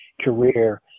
career